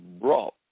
brought